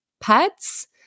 pets